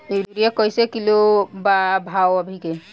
Urea कइसे kilo बा भाव अभी के?